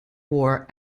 war